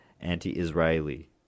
anti-Israeli